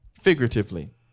Figuratively